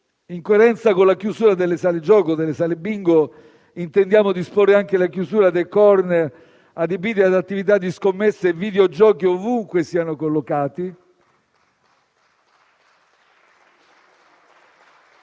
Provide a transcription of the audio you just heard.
In coerenza con la chiusura delle sale da gioco e delle sale bingo, intendiamo disporre anche la chiusura di *corner* adibiti all'attività di scommesse e i videogiochi ovunque siano collocati.